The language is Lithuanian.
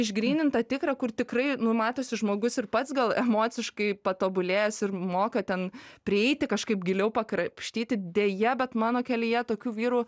išgrynintą tikrą kur tikrai nu matosi žmogus ir pats gal emociškai patobulėjęs ir moka ten prieiti kažkaip giliau pakrapštyti deja bet mano kelyje tokių vyrų